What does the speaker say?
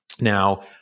Now